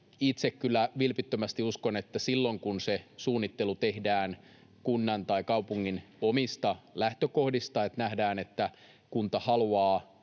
Itse kyllä vilpittömästi uskon, että silloin, kun se suunnittelu tehdään kunnan tai kaupungin omista lähtökohdista, kun nähdään, että kunta haluaa